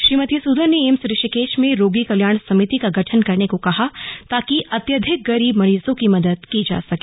श्रीमती सूदन ने एम्स ऋषिकेश में रोगी कल्याण समिति का गठन करने को कहा ताकि अत्यधिक गरीब मरीजों की मदद की जा सके